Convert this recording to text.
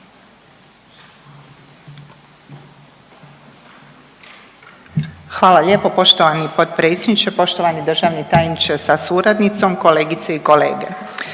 Ivan (HDZ)** Poštovani potpredsjedniče sabora, poštovani državni tajniče sa suradnicima, kolegice i kolege.